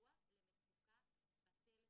וסיוע למצוקה בטלפון.